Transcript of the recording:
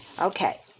Okay